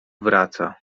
wraca